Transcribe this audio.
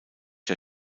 der